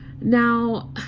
Now